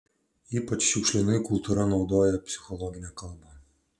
ypač šiukšlinai kultūra naudoja psichologinę kalbą